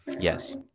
Yes